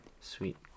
Sweet